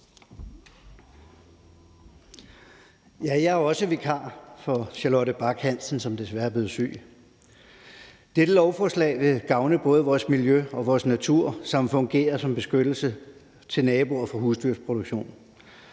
Jeg er også vikar, men for Charlotte Bagge Hansen, som desværre er blevet syg. Dette lovforslag vil gavne både vores miljø og vores natur samt fungere som beskyttelse af naboer til husdyrproduktion.